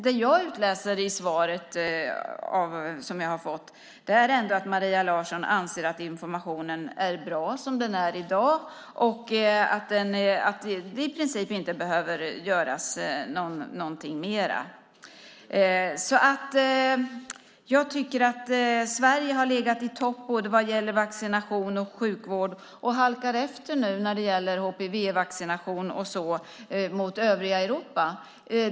Det jag utläser av det svar som jag har fått är att Maria Larsson anser att informationen är bra som den är i dag och att det i princip inte behöver göras något mera. Sverige har legat i topp vad gäller både vaccination och sjukvård och halkar nu efter i förhållande till övriga Europa när det gäller HPV-vaccination.